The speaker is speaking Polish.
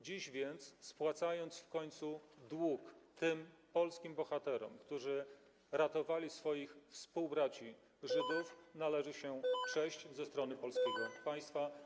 Dziś więc, spłacając w końcu dług tym polskim bohaterom, którzy ratowali swoich współbraci Żydów, uznajemy, że należy się im cześć ze strony polskiego państwa.